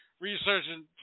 Researching